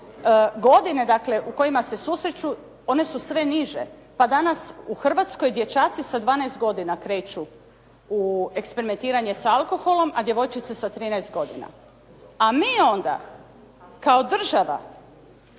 godine dakle u kojima se susreću, onu su sve niže pa danas u Hrvatskoj dječaci sa 12 godina kreću u eksperimentiranje s alkoholom, a djevojčice sa 13 godina. A mi onda kao država